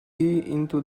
into